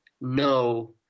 no